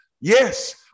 yes